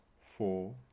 Four